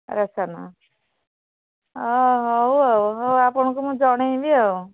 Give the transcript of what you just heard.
ration ହେଉ ଆଉ ହେଉ ଆପଣଙ୍କୁ ମୁଁ ଜଣେଇ ବି ଆଉ